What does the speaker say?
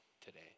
today